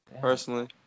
personally